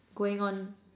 going on